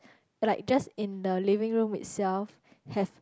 like just in the living room itself have